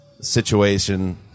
situation